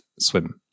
swim